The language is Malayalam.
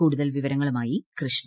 കൂടുതൽ വിവരങ്ങളുമായി കൃഷ്ണ